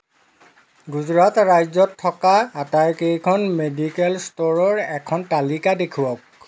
গুজৰাট ৰাজ্যত থকা আটাইকেইখন মেডিকেল ষ্ট'ৰৰ এখন তালিকা দেখুৱাওক